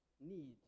need